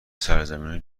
سرزمینای